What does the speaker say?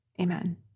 amen